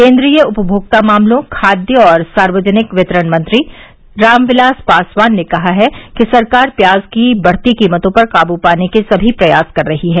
केन्द्रीय उपभोक्ता मामलों खाद्य और सार्वजनिक वितरण मंत्री रामविलास पासवान ने कहा है कि सरकार प्याज की बढ़ती कीमतों पर काबू पाने के सभी प्रयास कर रही है